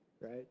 right